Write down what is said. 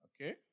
Okay